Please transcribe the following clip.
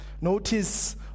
Notice